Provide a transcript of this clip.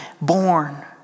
born